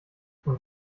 und